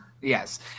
Yes